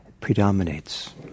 predominates